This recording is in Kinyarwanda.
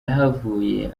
yahavuye